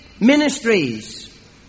ministries